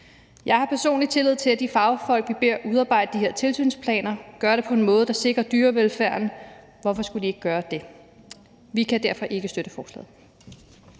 Jeg har personligt tillid til, at de fagfolk, vi beder udarbejde de her tilsynsplaner, gør det på en måde, der sikrer dyrevelfærden. Hvorfor skulle de ikke gøre det? Vi kan derfor ikke støtte forslaget.